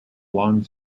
long